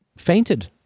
Fainted